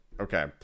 okay